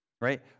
right